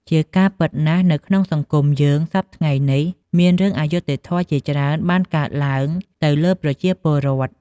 ជាការពិតណាស់នៅក្នុងសង្គមយើងសព្វថ្ងៃនេះមានរឿងអយុត្ដិធម៌ជាច្រើនបានកើតឡើងទៅលើប្រជាពលរដ្ឋ។